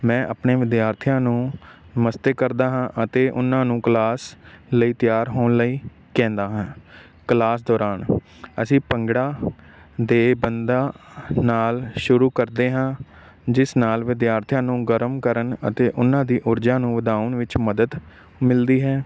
ਮੈਂ ਆਪਣੇ ਵਿਦਿਆਰਥੀਆਂ ਨੂੰ ਨਮਸਤੇ ਕਰਦਾ ਹਾਂ ਅਤੇ ਉਨਾਂ ਨੂੰ ਕਲਾਸ ਲਈ ਤਿਆਰ ਹੋਣ ਲਈ ਕਹਿੰਦਾ ਹਾਂ ਕਲਾਸ ਦੌਰਾਨ ਅਸੀਂ ਭੰਗੜਾ ਦੇ ਬੰਦਾ ਨਾਲ ਸ਼ੁਰੂ ਕਰਦੇ ਹਾਂ ਜਿਸ ਨਾਲ ਵਿਦਿਆਰਥੀਆਂ ਨੂੰ ਗਰਮ ਕਰਨ ਅਤੇ ਉਹਨਾਂ ਦੀ ਊਰਜਾ ਨੂੰ ਵਧਾਉਣ ਵਿੱਚ ਮਦਦ ਮਿਲਦੀ ਹੈ